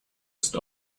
ist